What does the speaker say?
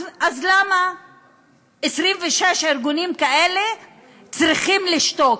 אז למה 26 ארגונים כאלה צריכים לשתוק?